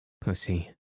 Pussy